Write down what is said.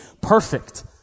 perfect